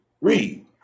Read